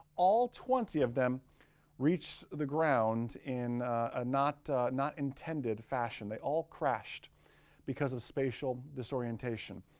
all twenty of them reached the ground in ah not not intended fashion. they all crashed because of spatial disorientation.